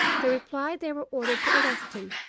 they replied they were ordered to arrest him,